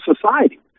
society